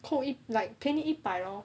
扣一 like 便宜一百 lor